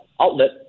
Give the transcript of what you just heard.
outlet